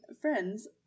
friends